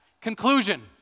Conclusion